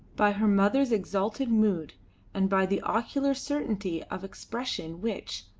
by her mother's exalted mood and by the oracular certainty of expression which,